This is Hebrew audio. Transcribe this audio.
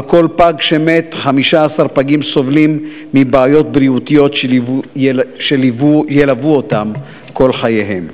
על כל פג שמת 15 פגים סובלים מבעיות בריאותיות שילוו אותם כל חייהם.